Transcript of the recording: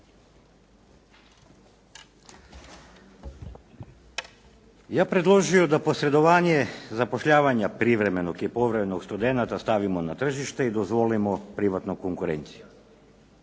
bih predložio da posredovanje zapošljavanja privremenog i povremenog studenata stavimo na tržište i dozvolimo privatnu konkurenciju